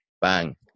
bang